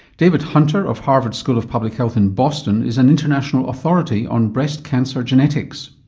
david hunter of harvard school of public health in boston is an international authority on breast cancer genetics.